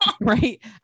Right